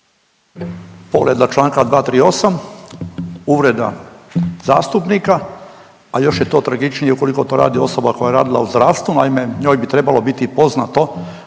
Povreda čl. 238. uvreda zastupnika ali još je to tragičnije ukoliko to radi osoba koja je radila u zdravstvu. Naime, njoj bi trebalo biti poznato